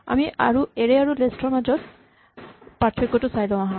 আমি এৰে আৰু লিষ্ট ৰ মাজৰ পাৰ্থক্যটো চাই লওঁ আহাঁ